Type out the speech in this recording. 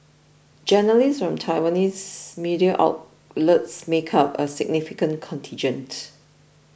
journalists from Taiwanese media outlets make up a significant contingent